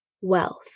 wealth